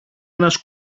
ένας